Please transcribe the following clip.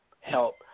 help